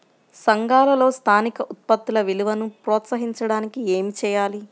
సంఘాలలో స్థానిక ఉత్పత్తుల విలువను ప్రోత్సహించడానికి ఏమి చేయాలి?